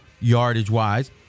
yardage-wise